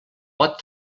pot